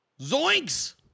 Zoinks